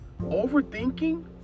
overthinking